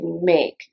make